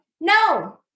No